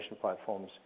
platforms